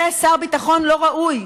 זה שר ביטחון לא ראוי,